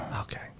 Okay